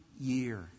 year